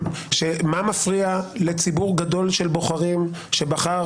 מה מפריע לציבור גדול של בוחרים שבחר